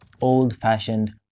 old-fashioned